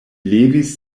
levis